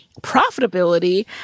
profitability